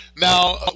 Now